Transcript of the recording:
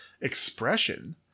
expression